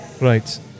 right